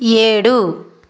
ఏడు